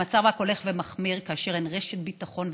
המצב רק הולך ומחמיר, כאשר אין רשת ביטחון.